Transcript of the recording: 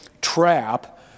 trap